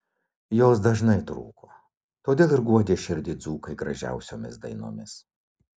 jos dažnai trūko todėl ir guodė širdį dzūkai gražiausiomis dainomis